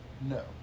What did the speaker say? No